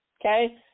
okay